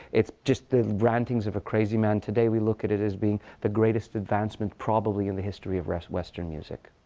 it's just the rantings of a crazy man. today we look at it as being the greatest advancement probably in the history of western music.